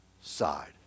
side